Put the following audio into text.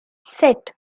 set